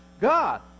God